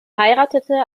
heiratete